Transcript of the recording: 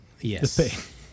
Yes